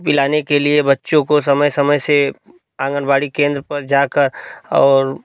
पिलाने के लिए बच्चों को समय समय से आंगनबाड़ी केंद्र पर जाकर और